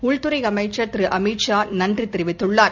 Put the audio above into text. உள்துறை அமைச்சர் திரு அமித்ஷா நன்றி தெரிவித்துள்ளார்